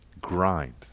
grind